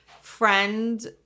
friend